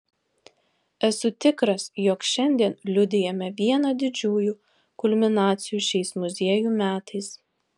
esu tikras jog šiandien liudijame vieną didžiųjų kulminacijų šiais muziejų metais